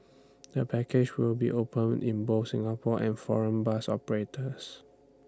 the package will be open in both Singapore and foreign bus operators